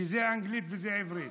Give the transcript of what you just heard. שזה אנגלית וזה עברית.